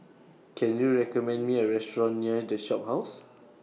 Can YOU recommend Me A Restaurant near The Shophouse